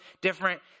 different